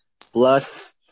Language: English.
plus